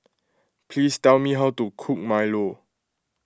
please tell me how to cook Milo